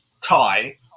tie